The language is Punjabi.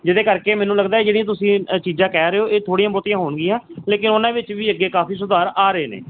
ਜਿਹਦੇ ਕਰਕੇ ਮੈਨੂੰ ਲੱਗਦਾ ਜਿਹੜੀਆਂ ਤੁਸੀਂ ਅ ਚੀਜ਼ਾਂ ਕਹਿ ਰਹੇ ਹੋ ਇਹ ਥੋੜ੍ਹੀਆਂ ਬਹੁਤੀਆਂ ਹੋਣਗੀਆਂ ਲੇਕਿਨ ਉਹਨਾਂ ਵਿੱਚ ਵੀ ਅੱਗੇ ਕਾਫੀ ਸੁਧਾਰ ਆ ਰਹੇ ਨੇ